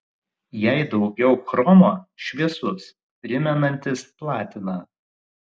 jei daugiau chromo šviesus primenantis platiną